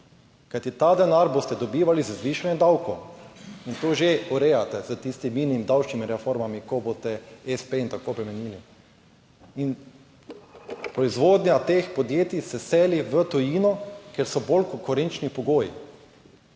Kajti, ta denar boste dobivali z zvišanjem davkov in to že urejate s tistimi mini davčnimi reformami, ko boste espe in tako obremenili. In proizvodnja teh podjetij se seli v tujino, kjer so bolj konkurenčni pogoji,